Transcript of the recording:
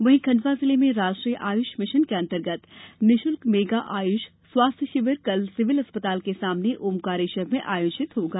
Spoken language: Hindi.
वहीं खंडवा जिले में राष्ट्रीय आयुष मिशन के अंतर्गत निःशुल्क मेगा आयुष स्वास्थ्य शिविर कल सिविल अस्पताल के सामने ओंकारेश्वर में आयोजित होगा